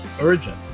urgent